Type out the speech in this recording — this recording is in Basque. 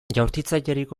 jaurtitzailerik